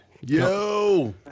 Yo